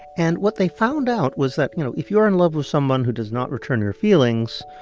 and what they found out was that, you know, if you are in love with someone who does not return your feelings,